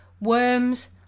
worms